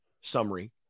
summary